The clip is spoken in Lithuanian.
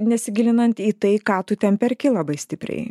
nesigilinant į tai ką tu ten perki labai stipriai